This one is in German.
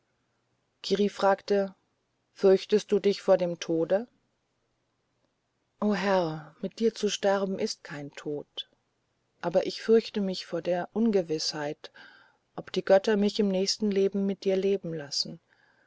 kiri fragte fürchtest du dich vor dem tode o herr mit dir zu sterben ist kein tod aber ich fürchte mich vor der ungewißheit ob die götter mich im nächsten leben mit dir leben lassen